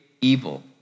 evil